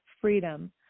freedom